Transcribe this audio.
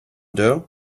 doe